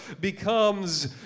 becomes